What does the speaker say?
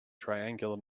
triangular